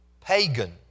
pagan